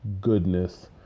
goodness